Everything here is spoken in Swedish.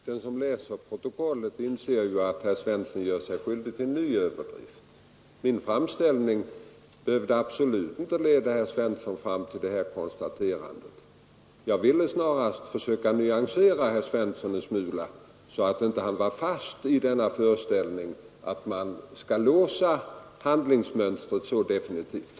Herr talman! Den som senare läser protokollet skall se att herr Svensson i Malmö nu gör sig skyldig till en ny överdrift. Min framställning behövde absolut inte leda herr Svensson fram till det konstaterande som han här gjorde. Jag ville snarast försöka nyansera herr Svensson uppfattning en smula, så att han inte satt fast i föreställningen att man skall låsa handlingsmönstret definitivt.